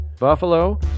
Buffalo